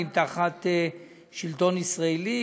תחת שלטון ישראלי,